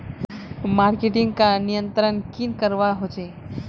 Marketing का नियंत्रण की करवा होचे?